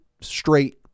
straight